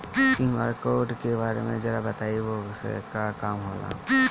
QR code के बारे में जरा बताई वो से का काम होला?